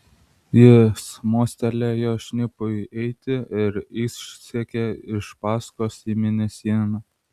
jis mostelėjo šnipui eiti ir išsekė iš paskos į mėnesieną